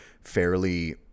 fairly